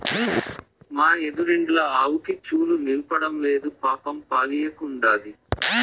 మా ఎదురిండ్ల ఆవుకి చూలు నిల్సడంలేదు పాపం పాలియ్యకుండాది